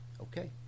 okay